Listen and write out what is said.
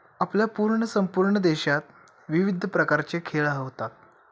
आपल्या पूर्ण संपूर्ण देशात विविध प्रकारचे खेळ हा होतात